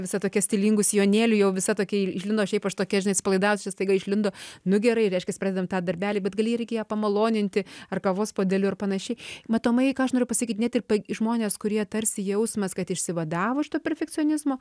visa tokia stilingu sijonėliu jau visa tokia išlindo šiaip aš tokia žinai atsipalaidavus čia staiga išlindo nu gerai reiškias pradedam tą darbelį bet gali irgi ją pamaloninti ar kavos puodeliu ir panašiai matomai ką aš noriu pasakyt net ir žmonės kurie tarsi jausmas kad išsivadavo iš to perfekcionizmo